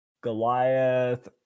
Goliath